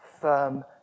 firm